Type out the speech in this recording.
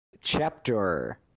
chapter